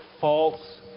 false